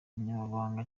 umunyamabanga